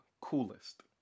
coolest